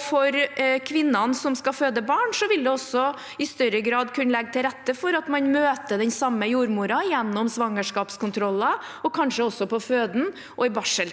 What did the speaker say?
For kvinnene som skal føde barn, vil det også i større grad kunne legge til rette for at man møter den samme jordmoren gjennom svangerskapskontroller, og kanskje også på føden og i barseltiden.